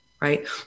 right